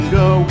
go